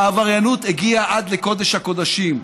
העבריינות הגיעה עד לקודש הקודשים,